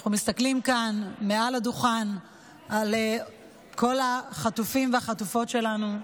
אנחנו מסתכלים כאן מעל הדוכן על כל החטופים והחטופות שלנו,